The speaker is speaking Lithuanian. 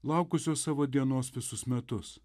laukusios savo dienos visus metus